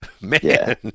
Man